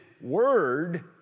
word